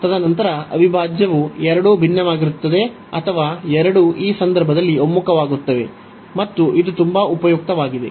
ತದನಂತರ ಅವಿಭಾಜ್ಯವು ಎರಡೂ ಭಿನ್ನವಾಗಿರುತ್ತದೆ ಅಥವಾ ಎರಡೂ ಈ ಸಂದರ್ಭದಲ್ಲಿ ಒಮ್ಮುಖವಾಗುತ್ತವೆ ಮತ್ತು ಇದು ತುಂಬಾ ಉಪಯುಕ್ತವಾಗಿದೆ